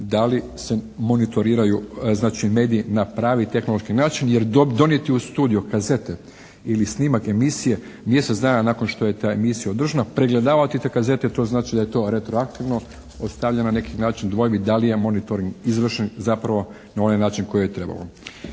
da li se monitoriraju znači mediji na pravi tehnološki način. Jer donijeti u studiju kazete ili snimak emisije mjesec dana nakon što je ta emisija održana, pregledavati te kazete, to znači da je to retroaktivno. Ostavlja na neki način dvojbi da li je monitoring izvršen zapravo na onaj način koji je trebalo.